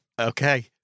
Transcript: okay